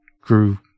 Grew